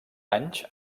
anys